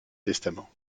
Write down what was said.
testament